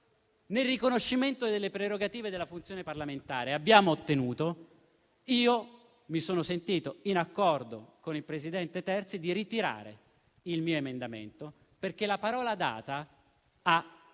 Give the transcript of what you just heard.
nel riconoscimento delle prerogative della funzione parlamentare, abbiamo ottenuto, mi sono sentito, in accordo con il presidente Terzi di Sant'Agata, di ritirare il mio emendamento, perché la parola data ha un